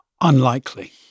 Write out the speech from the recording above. Unlikely